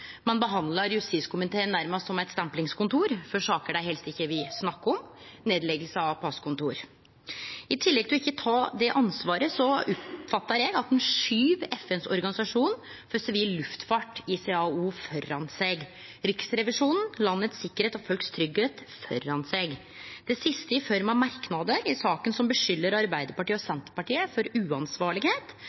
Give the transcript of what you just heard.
Ein behandlar justiskomiteen nærast som eit stemplingskontor for saker ein helst ikkje vil snakke om: som nedlegging av passkontor. I tillegg til ikkje å ta det ansvaret oppfattar eg at ein skuvar FNs internasjonale organisasjon for sivil luftfart, ICAO, framfor seg, og at ein skuvar Riksrevisjonen, landets sikkerheit og folks tryggleik framfor seg – det siste i form av merknader i saka som skuldar Arbeidarpartiet og Senterpartiet for